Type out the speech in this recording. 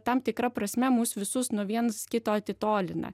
tam tikra prasme mus visus nuo viens kito atitolina